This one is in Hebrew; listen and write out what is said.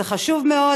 זה חשוב מאוד,